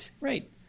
Right